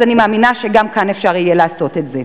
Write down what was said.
אז אני מאמינה שגם כאן אפשר יהיה לעשות את זה.